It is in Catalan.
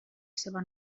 seva